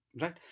right